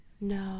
No